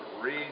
read